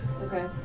Okay